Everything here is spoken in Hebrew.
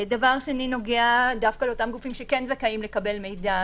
דבר שני נוגע דווקא לאותם גופים שכן זכאים לקבל מידע,